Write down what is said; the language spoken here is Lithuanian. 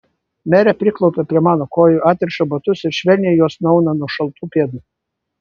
merė priklaupia prie mano kojų atriša batus ir švelniai juos nuauna nuo šaltų pėdų